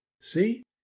See